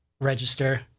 register